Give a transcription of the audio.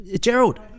Gerald